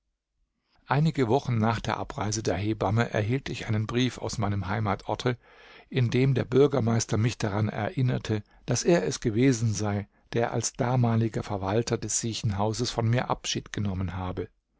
einige wochen nach der abreise der hebamme erhielt ich einen brief aus meinem heimatsorte in dem der bürgermeister mich daran erinnerte daß er es gewesen sei der als damaliger verwalter des siechenhauses von mir abschied genommen habe